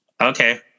Okay